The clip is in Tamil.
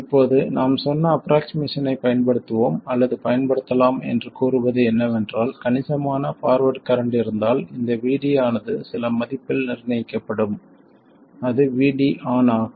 இப்போது நாம் சொன்ன ஆஃப்ரோக்ஷிமேசன் ஐப் பயன்படுத்துவோம் அல்லது பயன்படுத்தலாம் என்று கூறுவது என்னவென்றால் கணிசமான பார்வேர்ட் கரண்ட் இருந்தால் இந்த VD ஆனது சில மதிப்பில் நிர்ணயிக்கப்படும் அது VD ON ஆகும்